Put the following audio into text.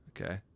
Okay